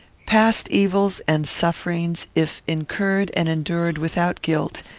past evils and sufferings, if incurred and endured without guilt,